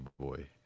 boy